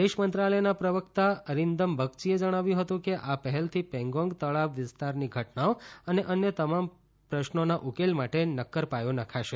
વિદેશ મંત્રાલયના પ્રવક્તા અરિંદમ બગયીએ જણાવ્યું હતું કે આ પહેલથી પેંગોંગ તળાવ વિસ્તારની ઘટનાઓ અને અન્ય તમામ પ્રશ્નોના ઉકેલ માટે નક્કર પાયો નખાશે